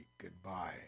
goodbye